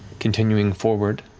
continuing forward,